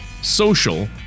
social